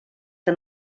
que